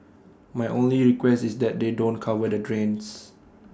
my only request is that they don't cover the drains